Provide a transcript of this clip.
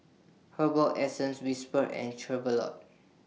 Herbal Essences Whisper and Chevrolet